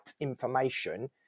information